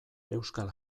euskal